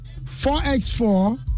4X4